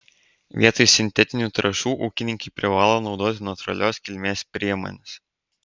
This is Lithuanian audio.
vietoj sintetinių trąšų ūkininkai privalo naudoti natūralios kilmės priemones